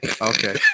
okay